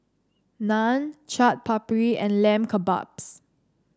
Naan Chaat Papri and Lamb Kebabs